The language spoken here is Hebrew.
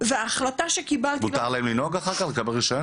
--- מותר להם לנהוג ולקבל רישיון?